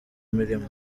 murimo